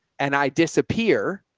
and i disappear.